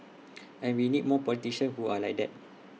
and we need more politicians who are like that